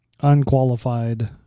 unqualified